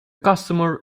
customer